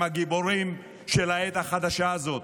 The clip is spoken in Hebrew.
ואנשי המחאה, אתם הגיבורים של העת החדשה הזאת.